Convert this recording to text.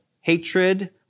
hatred